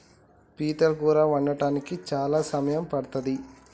పీతల కూర వండడానికి చాలా సమయం పడ్తది